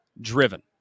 driven